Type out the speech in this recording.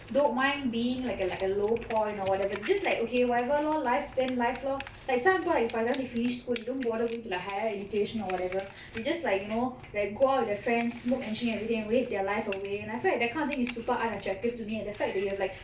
don't mind being like a like a low point or whatever it's just like okay whatever lor life then life lor like some people like for example they finished school they don't bother going to like higher education or whatever they just like you know like go out with their friends smoke and drink everything and waste their life away and I feel like that kind of thing is super unattractive to me and the fact that you have like